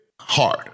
hard